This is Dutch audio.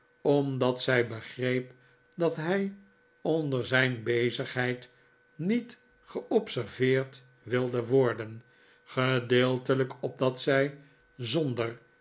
omdat zij begreep dat hij onder zijn bezigheid niet geobserveerd wilde worden gedeeltelijk opdat zij zonder